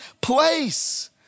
place